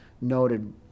noted